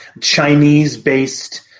Chinese-based